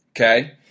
Okay